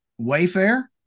Wayfair